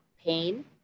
pain